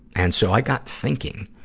and so, i got thinking,